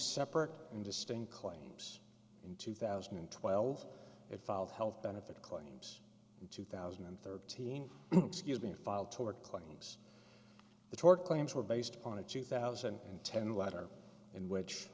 separate interesting claims in two thousand and twelve it filed health benefit claims in two thousand and thirteen excuse me filed toward claim the tort claims were based on a two thousand and ten letter in which